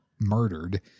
murdered